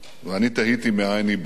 ואני תהיתי מאין היא באה,